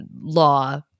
law